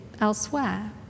elsewhere